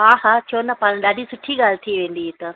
हा हा छो न पाण ॾाढी सुठी ॻाल्हि थी वेंदी हे त